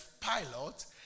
pilot